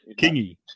kingy